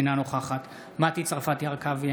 אינה נוכחת מטי צרפתי הרכבי,